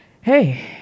Hey